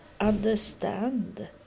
understand